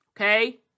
okay